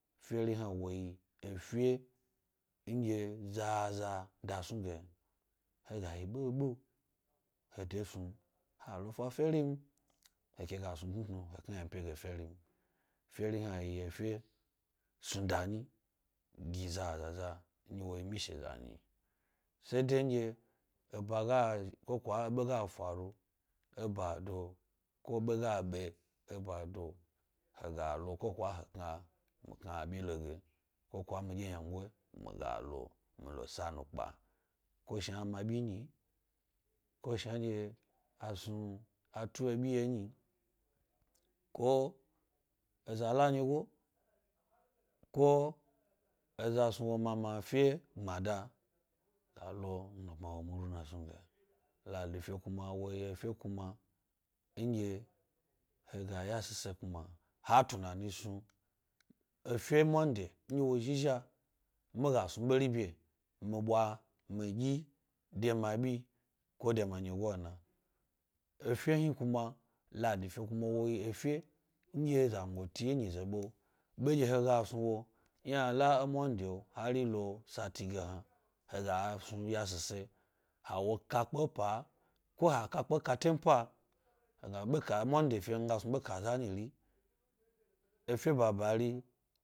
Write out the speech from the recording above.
Feri hna woyi efe nɗye zaza dasnuge yna lega yi ɓeɓe he de snu m. ha lo fa feri m, he fe ga snu tnutnu he dye ynadyi ge feri. Feri hna yi efe snuda nyi gi zaza za nɗye woyi mishe zan sede nɗye eba gayi ko kwa ebe ga faru ebado, ko ebe ga be e bado, he ga lo ko kwa he kna e bi lo ge, ko kwa midye ynangoyi, migal lo mi lo sa nupka. Ko shna a mabi nyi, ko shanɗye a tu ebi ye nyi, ko eza la nyigo, ko eza snu wo mama fe gbmaada, he lo he bma wo gbmada snu. Ladi fe kuma woyi efe kuma nɗye he ga yashise kuma ha tunani snu, efe monday nɗye wo zhi-zha miga snu ɓeri bye, mi bwa midyi de ma bikode mi nnyigo na? Efe hni kuma ladi fe kuma woyi efe nɗye zangoti e nyize ɓe, ɓe nɗye he ga snu wo yna la e nonday o hari losati ge hna, hega ya shies ha wo ka pke e pa ko ha ka pke katempa he gna monday fe mi ga snu ɓe kaza nyin. Efe babari.